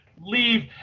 leave